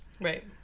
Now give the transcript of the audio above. Right